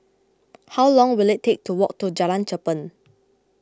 how long will it take to walk to Jalan Cherpen